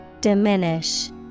Diminish